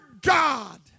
God